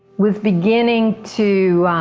was beginning to